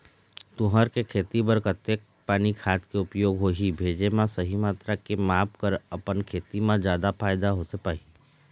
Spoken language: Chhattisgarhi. तुंहर के खेती बर कतेक पानी खाद के उपयोग होही भेजे मा सही मात्रा के माप कर अपन खेती मा जादा फायदा होथे पाही?